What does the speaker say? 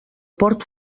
port